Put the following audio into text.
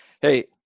hey